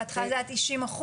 בהתחלה זה היה 90%,